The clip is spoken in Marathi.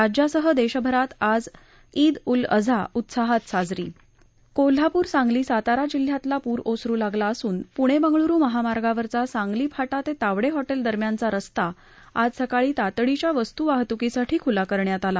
राज्यासह देशभरात आज ईद उल अजाह उत्साहात साजरी कोल्हापूर सांगली सातारा जिल्ह्यातला पूर ओसरु लागला असून प्णे बंगळ्रु महामार्गावरचा सांगली फाटा ते तावडे हॉटेल दरम्यानचा रस्ता आज सकाळी तातडीच्या वस्तू वाहतुकीसाठी खुला करण्यात आला